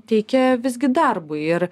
teikia visgi darbui ir